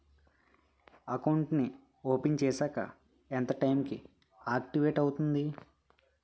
Account నీ open చేశాక ఎంత టైం కి ఆక్టివేట్ అవుతుంది?